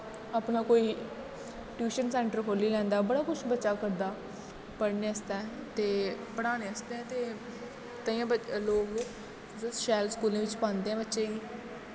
अपना कोई tuition centre खोह्ली लैंदा बड़ा कुछ बच्चा करदा पढ़ने आस्तै ते पढ़ाने आस्तै ते ताइयें लोग शैल स्कूलें बिच्च पांदे बच्चें गी